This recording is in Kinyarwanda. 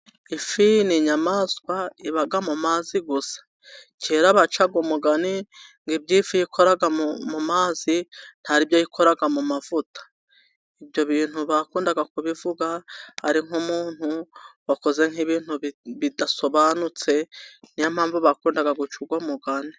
Ifi ni inyamaswa iba mu mazi gusa kera bacaga umugani ngo:" Ibyo ifi yikora mu mazi ntabwo ari byo yikora mu mavuta". Ibyo bintu bakundaga kubivuga ari nk'umuntu wakoze nk'ibintu bidasobanutse niyo mpamvu bakundaga guca uwo mugani.